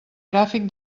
gràfic